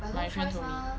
my friends only